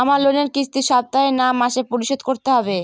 আমার লোনের কিস্তি সপ্তাহে না মাসে পরিশোধ করতে হবে?